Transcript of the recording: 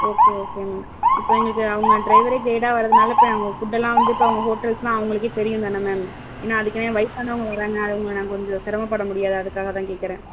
okay okay ma'am இப்போ எங்களுக்கு அவங்க ட்ரைவரே கைய்டா வரதுனால இப்போ நாங்கள் ஃபுட்டெல்லாம் வந்து இப்போ அவங்க ஹோட்டல்ஸ் எல்லாம் அவங்களுக்கே தெரியும் தானே மேம் ஏன்னா அதுக்குனே வயிசானவங்க வராங்க அவங்கள நாங்க கொஞ்சம் சிரமபட முடியாது அதுக்காக தான் கேட்கறேன்